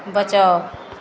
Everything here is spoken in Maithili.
बचाउ